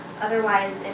Otherwise